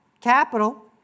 capital